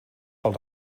pel